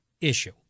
issue